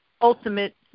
ultimate